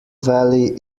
valley